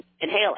inhale